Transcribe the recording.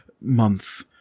month